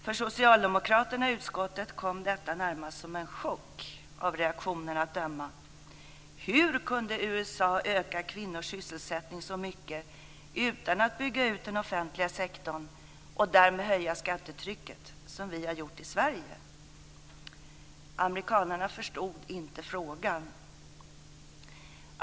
För socialdemokraterna i utskottet kom detta närmast som en chock, av reaktionerna att döma. Hur kunde USA öka kvinnors sysselsättning så mycket utan att bygga ut den offentliga sektorn - och därmed höja skattetrycket - som vi har gjort i Sverige? Amerikanarna förstod inte frågan.